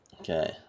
Okay